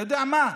אתה יודע מה?